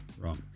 wrong